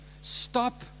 Stop